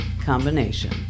combination